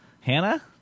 Hannah